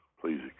Please